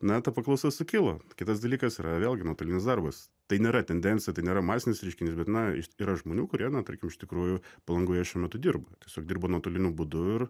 na ta paklausa sukilo kitas dalykas yra vėlgi nuotolinis darbas tai nėra tendencija tai nėra masinis reiškinys bet na yra žmonių kurie na tarkim iš tikrųjų palangoje šiuo metu dirba tiesiog dirba nuotoliniu būdu ir